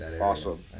Awesome